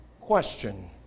question